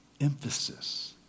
emphasis